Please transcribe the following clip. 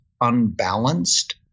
unbalanced